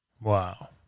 Wow